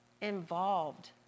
involved